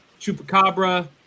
Chupacabra